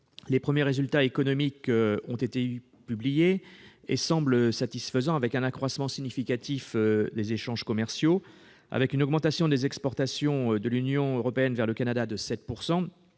Les premiers résultats économiques ont été publiés et semblent satisfaisants. On constate ainsi un accroissement significatif des échanges commerciaux et une augmentation des exportations de l'Union européenne vers le Canada de 7 %.